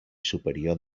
superior